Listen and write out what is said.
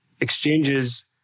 exchanges